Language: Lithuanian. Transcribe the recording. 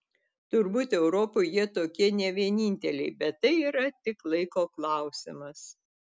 turbūt europoje jie tokie ne vieninteliai bet tai yra tik laiko klausimas